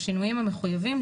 בשינויים המחויבים,